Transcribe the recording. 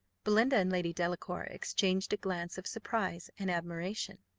belinda and lady delacour exchanged a glance of surprise and admiration.